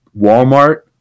Walmart